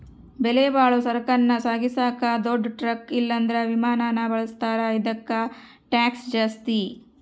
ಬೆಲೆಬಾಳೋ ಸರಕನ್ನ ಸಾಗಿಸಾಕ ದೊಡ್ ಟ್ರಕ್ ಇಲ್ಲಂದ್ರ ವಿಮಾನಾನ ಬಳುಸ್ತಾರ, ಇದುಕ್ಕ ಟ್ಯಾಕ್ಷ್ ಜಾಸ್ತಿ